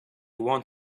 want